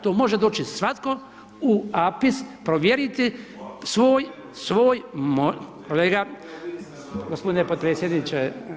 To može doći svatko u APIS provjeriti svoj, kolega, gospodine podpredsjedniče.